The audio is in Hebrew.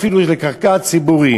אפילו לקרקע ציבורית,